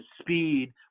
speed